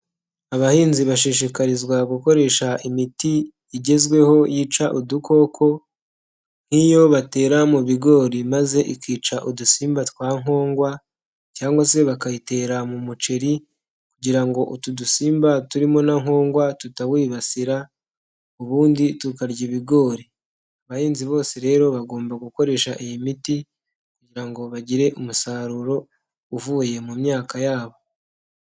Abahinzi bashishikarizwa gukoresha imiti igezweho yica udukoko nk'iyo batera mu bigori maze ikica udusimba twa nkongwa cyangwa se bakayitera mu muceri kugira ngo utu dusimba turimo na nkongwa tutawibasira ubundi tukarya ibigori, abahinzi bose rero bagomba gukoresha iyi miti kugira ngo bagire umusaruro uvuye mu myaka yabo.